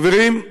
חברים,